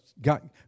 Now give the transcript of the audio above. God